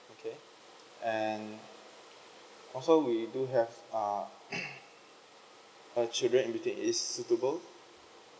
okay and also we do have uh a children in between is suitable